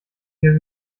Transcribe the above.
wir